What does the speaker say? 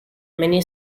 many